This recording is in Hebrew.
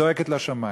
זועקת לשמים.